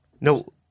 No